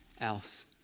else